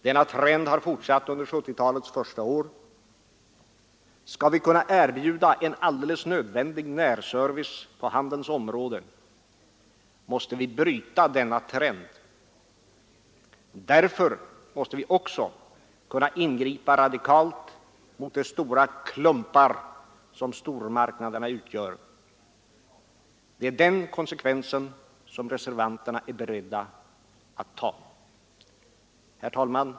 Denna trend har fortsatt under 1970-talets första år. Skall vi kunna erbjuda en alldeles nödvändig närservice på handelns område måste vi bryta denna trend. Därför måste vi också kunna ingripa radikalt mot de stora ”klumpar” som stormarknaderna utgör. Det är den konsekvensen reservanterna är beredda att ta. Herr talman!